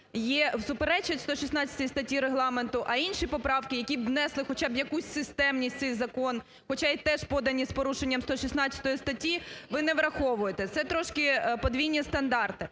є, суперечать 116 статті Регламенту, а інші поправки, які б внесли хоча б якусь системність в цей закон, хоча і теж подані з порушенням 116 статті, ви не враховуєте. Це трошки подвійні стандарти.